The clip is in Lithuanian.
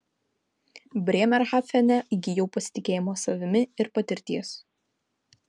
brėmerhafene įgijau pasitikėjimo savimi ir patirties